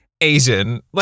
Asian